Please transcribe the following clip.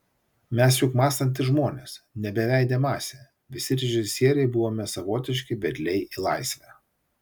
mes juk mąstantys žmonės ne beveidė masė visi režisieriai buvome savotiški vedliai į laisvę